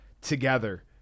together